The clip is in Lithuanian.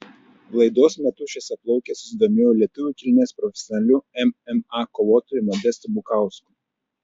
laidos metu šviesiaplaukė susidomėjo lietuvių kilmės profesionaliu mma kovotoju modestu bukausku